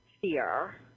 fear